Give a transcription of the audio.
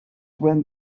when